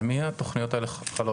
על מי התוכניות האלה חלות?